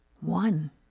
one